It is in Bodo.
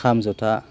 खाम ज'था